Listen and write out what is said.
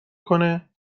کنه